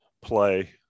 play